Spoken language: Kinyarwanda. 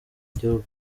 igihugu